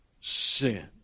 sin